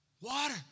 water